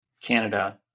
Canada